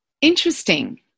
interesting